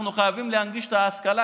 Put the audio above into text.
אנחנו חייבים להנגיש את ההשכלה,